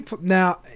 Now